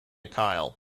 kyle